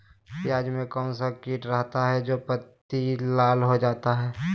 प्याज में कौन सा किट रहता है? जो पत्ती लाल हो जाता हैं